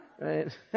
Right